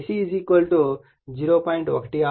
167 మరియు j 0